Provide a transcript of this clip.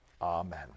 amen